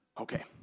Okay